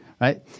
right